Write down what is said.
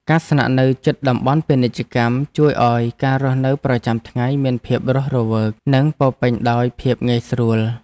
ការស្នាក់នៅជិតតំបន់ពាណិជ្ជកម្មជួយឱ្យការរស់នៅប្រចាំថ្ងៃមានភាពរស់រវើកនិងពោរពេញដោយភាពងាយស្រួល។